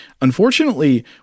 Unfortunately